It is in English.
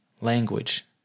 language